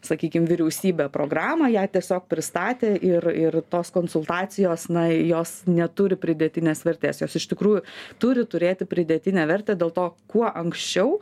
sakykim vyriausybės programą ją tiesiog pristatė ir ir tos konsultacijos na jos neturi pridėtinės vertės jos iš tikrųjų turi turėti pridėtinę vertę dėl to kuo anksčiau